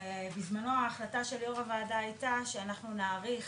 בזמנו החלטת יו"ר הוועדה הייתה שאנחנו נאריך,